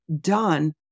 done